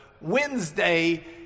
Wednesday